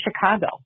Chicago